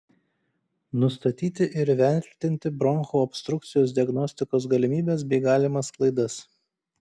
nustatyti ir įvertinti bronchų obstrukcijos diagnostikos galimybes bei galimas klaidas